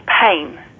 pain